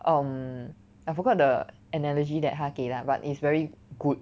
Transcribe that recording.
um I forgot the analogy that 他给 lah but it's very good